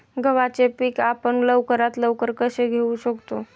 गव्हाचे पीक आपण लवकरात लवकर कसे घेऊ शकतो?